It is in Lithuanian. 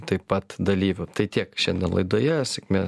taip pat dalyvių tai tiek šiandien laidoje sėkmė